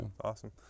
Awesome